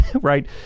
right